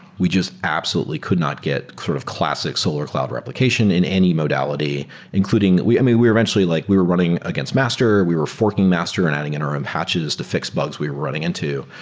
we just absolutely could not get sort of classic solar cloud replication in any modality including i mean, we eventually like we were running against master. we were forking master and adding interim patches to fix bugs we were running into.